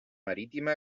marítima